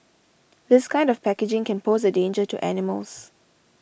this kind of packaging can pose a danger to animals